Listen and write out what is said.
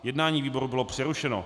Jednání výboru bylo přerušeno.